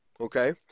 okay